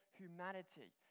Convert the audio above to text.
humanity